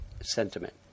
sentiment